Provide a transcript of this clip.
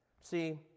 See